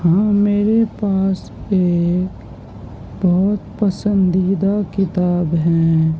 ہاں میرے پاس ایک بہت پسندیدہ کتاب ہے